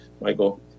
Michael